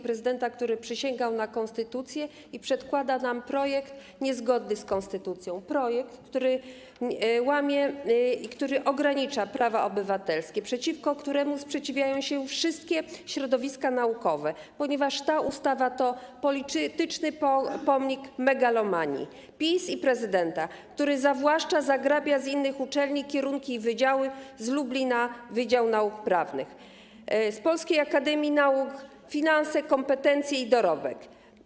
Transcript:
Prezydent, który przysięgał na konstytucję, przedkłada nam projekt niezgodny z konstytucją, projekt, który łamie i ogranicza prawa obywatelskie, któremu sprzeciwiają się wszystkie środowiska naukowe, ponieważ ta ustawa to polityczny pomnik megalomanii PiS i prezydenta, który zawłaszcza, zagrabia z innych uczelni kierunki i wydziały, z Lublina - wydział nauk prawnych, z Polskiej Akademii Nauk - finanse, kompetencje i dorobek.